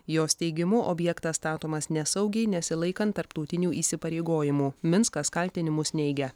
jos teigimu objektas statomas nesaugiai nesilaikant tarptautinių įsipareigojimų minskas kaltinimus neigia